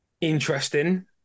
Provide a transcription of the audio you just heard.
Interesting